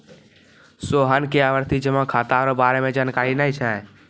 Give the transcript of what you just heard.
सोहन के आवर्ती जमा खाता रो बारे मे जानकारी नै छै